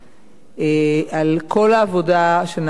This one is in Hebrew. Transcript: על כל העבודה שנעשתה: